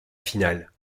finale